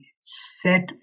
set